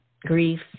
grief